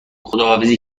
خداحافظی